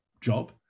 job